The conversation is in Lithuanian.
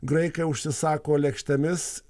graikai užsisako lėkštėmis